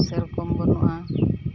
ᱥᱮᱨᱚᱠᱚᱢ ᱵᱟᱹᱱᱩᱜᱼᱟ